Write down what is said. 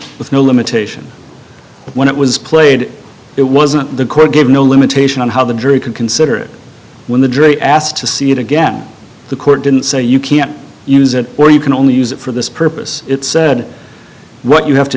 with no limitation but when it was played it wasn't the court gave no limitation on how the jury could consider it when the jury asked to see it again the court didn't say you can't use it or you can only use it for this purpose it said what you have to